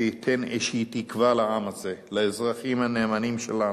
שייתן איזו תקווה לעם הזה, לאזרחים הנאמנים שלנו,